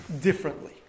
differently